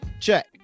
check